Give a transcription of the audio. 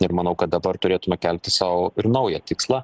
ir manau kad dabar turėtume kelti sau ir naują tikslą